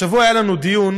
השבוע היה לנו דיון